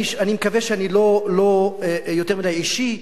אני מקווה שאני לא יותר מדי אישי,